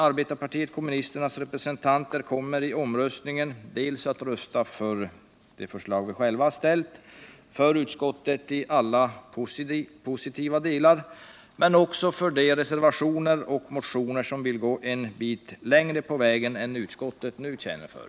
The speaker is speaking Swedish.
Arbetarpartiet kommunisternas representanter kommer i omröstningen att rösta för de förslag som vi själva har framställt, för utskottets hemställan i alla positiva delar men också för de reservationer och motioner som vill gå en bit längre än utskottet nu känner för.